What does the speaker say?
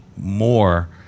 more